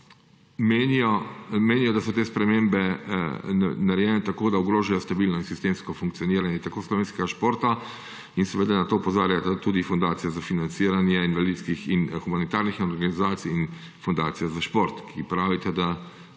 menijo, da so te spremembe narejene tako, da ogrožajo stabilno in sistemsko funkcioniranje slovenskega športa. Na to opozarjata tudi Fundacija za financiranje invalidskih in humanitarnih organizacij in Fundacija za financiranje